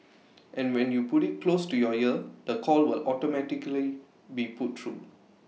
and when you put IT close to your ear the call will automatically be put through